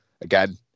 again